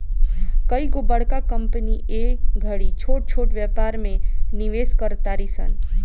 कइगो बड़का कंपनी ए घड़ी छोट छोट व्यापार में निवेश कर तारी सन